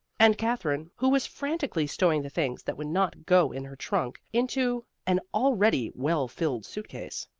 and katherine, who was frantically stowing the things that would not go in her trunk into an already well-filled suit-case.